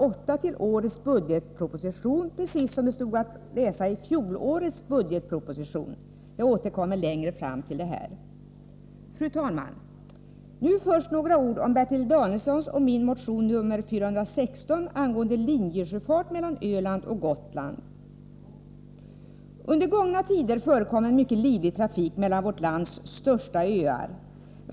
8 till årets budgetproposition, precis som det stod att läsa i fjolårets budgetproposition. Jag återkommer till detta längre fram. Fru talman! Först några ord om Bertil Danielssons och min motion nr 416 angående linjesjöfart mellan Öland och Gotland. Under gångna tider förekom en mycket livlig trafik mellan vårt lands två största öar.